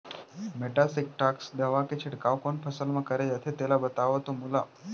Metasystox दवा के छिड़काव कोन फसल म करे जाथे तेला बताओ त मोला?